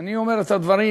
ואני אומר את הדברים,